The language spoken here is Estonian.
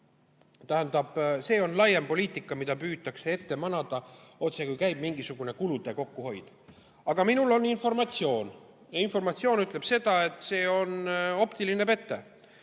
see on laiem poliitika, mida püütakse ette manada, otsekui käib mingisugune kulude kokkuhoid. Aga minul on informatsioon. Ja informatsioon ütleb seda, et see on optiline pete.